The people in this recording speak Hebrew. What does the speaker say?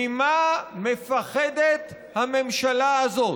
ממה מפחדת הממשלה הזאת?